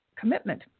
commitment